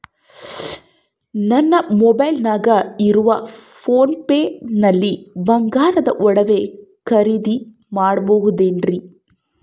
ನಮ್ಮ ಮೊಬೈಲಿನಾಗ ಇರುವ ಪೋನ್ ಪೇ ನಲ್ಲಿ ಬಂಗಾರದ ಒಡವೆ ಖರೇದಿ ಮಾಡಬಹುದೇನ್ರಿ?